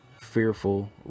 fearful